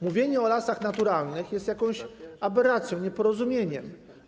Mówienie o lasach naturalnych jest jakąś aberracją, nieporozumieniem.